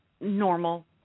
normal